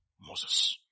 Moses